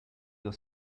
your